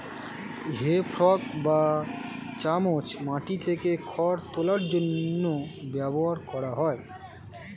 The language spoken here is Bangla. হে ফর্ক বা চামচ মাটি থেকে খড় তোলার জন্য ব্যবহার করা হয়